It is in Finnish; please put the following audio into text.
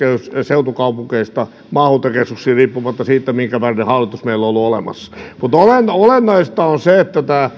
seutukaupungeista maakuntakeskuksiin riippumatta siitä minkä värinen hallitus meillä on ollut olemassa mutta olennaista on se että